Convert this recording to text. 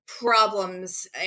problems